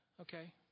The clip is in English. Okay